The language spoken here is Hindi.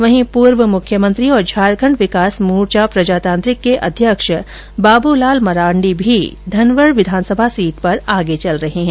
वहीं पूर्व मुख्यमंत्री और झारखंड विकास मोर्चा प्रजातांत्रिक के अध्यक्ष बाबूलाल मराण्डी भी धनवर विधानसभा सीट पर आगे चल रहे है